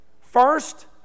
First